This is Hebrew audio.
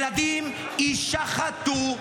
ילדים יישחטו.